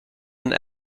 and